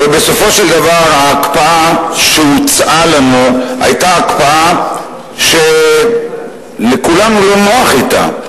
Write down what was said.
הרי בסופו של דבר ההקפאה שהוצעה לנו היתה הקפאה שלכולם לא נוח אתה.